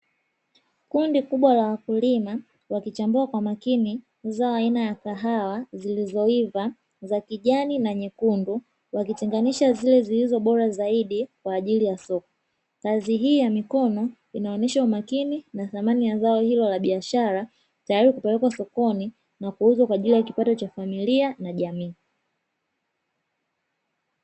Kundi kubwa la wakulima wakichambua kwa makini zao aina ya kahawa zilizoiva za kijani na nyekundu, wakitenganisha zile zilizo bora zaidi kwa ajili ya soko. Kazi hii ya mikono inaonyesha umakini na thamani ya zao hilo la biashara, tayari kupelekwa sokoni na kuuzwa kwa ajili ya kipato cha familia na jamii.